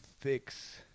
fix